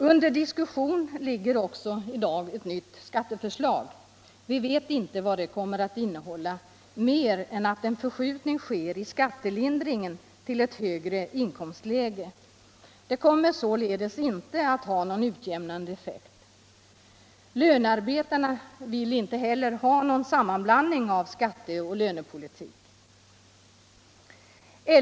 Under diskussion ligger också ett nytt skatteförslag. Vi vet inte vad det kommer att innehålla mer än att en förskjutning sker i skattelindringen till ett högre inkomstläge. Det kommer således inte att ha någon utjämnande effekt. Lönarbetarna vill inte heller ha någon sammanblandning av skatteoch lönepolitik.